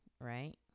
right